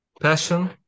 Passion